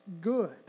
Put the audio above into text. good